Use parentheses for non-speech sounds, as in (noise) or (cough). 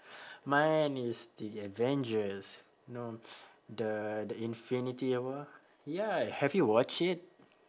mine is the avengers you know (noise) the the infinity war ya have you watch it